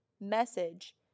message